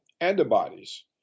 antibodies